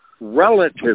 relative